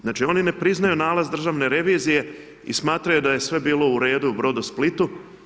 Znači, oni ne priznaju nalaz Državne revizije i smatraju da je sve bilo u redu u Brodosplitu.